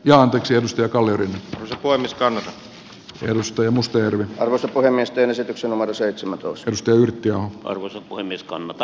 ja anteeksi jos työkalujen voimistanut sielusta ja mustajärvi on osa poromiesten esityksen omalle seitsemäntoista tyydytty arvoisa puhemies kannata